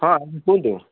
ହଁ କୁହନ୍ତୁ